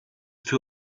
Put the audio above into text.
für